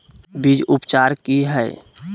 बीज उपचार कि हैय?